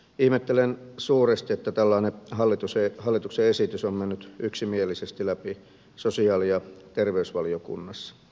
ihmettelen suuresti että tällainen hallituksen esitys on mennyt yksimielisesti läpi sosiaali ja terveysvaliokunnassa